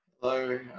Hello